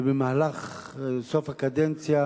ובמהלך הקדנציה,